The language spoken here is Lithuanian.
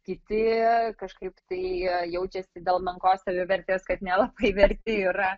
kiti kažkaip tai jaučiasi dėl menkos savivertės kad nelabai verti yra